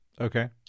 okay